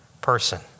person